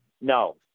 No